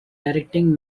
directing